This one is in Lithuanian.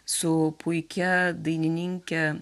su puikia dainininke